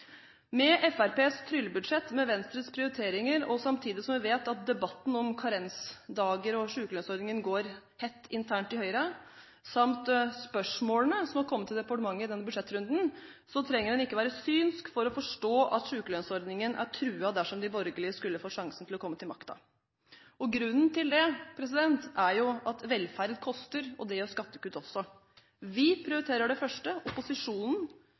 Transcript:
Med Fremskrittspartiets tryllebudsjett, med Venstres prioriteringer – samtidig som vi vet at debatten om karensdager og sykelønnsordningen går hett internt i Høyre – samt spørsmålene som har kommet til departementet i denne budsjettrunden, trenger en ikke være synsk for å forstå at sykelønnsordningen er truet dersom de borgerlige skulle få sjansen til å komme til makten. Grunnen til det er at velferd koster, og det gjør skattekutt også. Vi prioriterer det første, opposisjonen